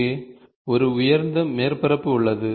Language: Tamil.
இங்கே ஒரு உயர்ந்த மேற்பரப்பு உள்ளது